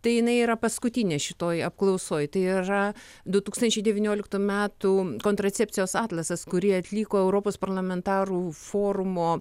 tai jinai yra paskutinė šitoj apklausoj tai yra du tūkstančiai devynioliktų metų kontracepcijos atlasas kurį atliko europos parlamentarų forumo